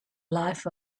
life